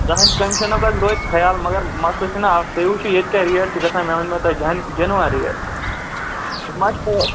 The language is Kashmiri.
سُہ ہن کمِشنَس حظ روزِ خیال مگر مسلہٕ چھِ نَہ اَکھ تُہۍ وٕچھِو ییٚتہِ کیٛاہ ریٹ چھِ گَژھان مےٚ ؤنۍمو تۄہہِ جَن جٮ۪نوَن ریٹ